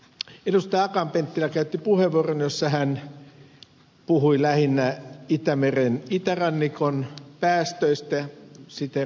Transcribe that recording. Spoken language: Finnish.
akaan penttilä käytti puheenvuoron jossa hän puhui lähinnä itämeren itärannikon päästöistä ja siteerasi lehtiartikkelia